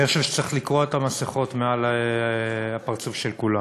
אני חושב שצריך לקרוע את המסכות מעל הפרצופים של כולם.